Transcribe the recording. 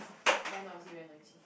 ah very noisy very noisy